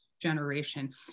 Generation